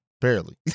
barely